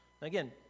Again